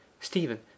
Stephen